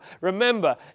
Remember